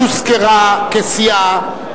הוזכרה כסיעה,